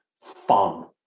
fun